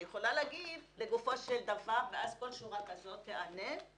אני יכולה להגיד לגופו של דבר ואז כל שורה כזאת תיענה.